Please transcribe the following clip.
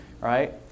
right